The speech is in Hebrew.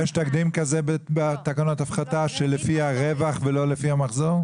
יש תקדים כזה בתקנות הפחתה שזה לפי הרווח ולא לפי המחזור?